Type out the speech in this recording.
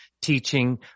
Teaching